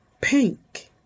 Pink